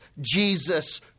Jesus